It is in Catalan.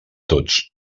tots